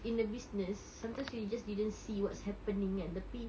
in the business sometimes you just didn't see what's happening kan tapi